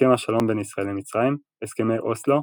הסכם השלום בין ישראל למצרים, הסכמי אוסלו,